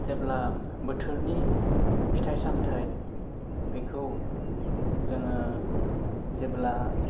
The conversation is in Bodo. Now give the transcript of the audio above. जेब्ला बोथोरनि फिथाइ सामथाय बेखौ जोङो जेब्ला